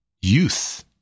youth